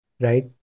right